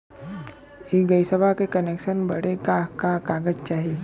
इ गइसवा के कनेक्सन बड़े का का कागज चाही?